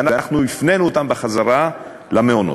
ואנחנו הפנינו אותם בחזרה למעונות.